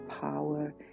power